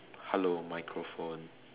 hello microphone